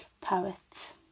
Poet